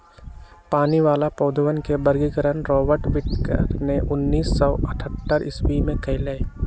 पानी वाला पौधवन के वर्गीकरण रॉबर्ट विटकर ने उन्नीस सौ अथतर ईसवी में कइलय